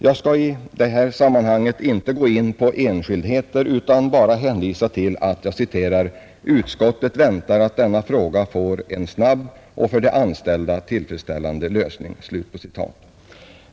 Jag skall i detta sammanhang inte gå in på enskildheter utan bara hänvisa till att ”utskottet väntar att denna fråga får en snabb och för de anställda tillfredsställande lösning”.